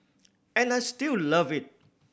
and I still love it